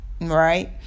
right